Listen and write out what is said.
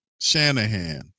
Shanahan